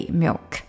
milk